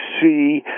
see